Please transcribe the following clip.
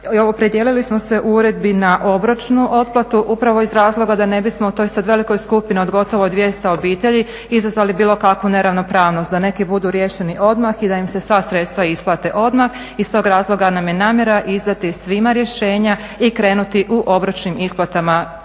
Opredijelili smo se u uredbi na obročnu otplatu upravo iz razloga da ne bismo toj sad velikoj skupini od gotovo 200 obitelji izazvali bilo kakvu neravnopravnost, da neki budu riješeni odmah i da im se sva sredstva isplate odmah. Iz tog razloga nam je namjera izdati svima rješenja i krenuti u obročnim isplatama preuzetih